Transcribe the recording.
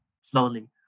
slowly